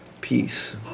peace